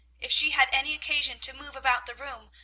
if she had any occasion to move about the room,